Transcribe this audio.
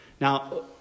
Now